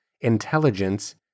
intelligence